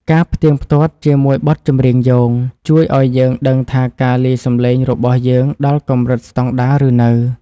ការផ្ទៀងផ្ទាត់ជាមួយបទចម្រៀងយោងជួយឱ្យយើងដឹងថាការលាយសំឡេងរបស់យើងដល់កម្រិតស្ដង់ដារឬនៅ។